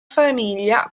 famiglia